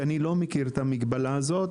אני לא מכיר את המגבלה הזו,